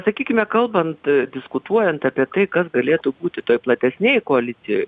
sakykime kalbant diskutuojant apie tai kas galėtų būti toj platesnėj koalicijoj